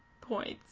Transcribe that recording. points